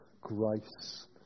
grace